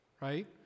right